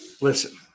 listen